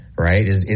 Right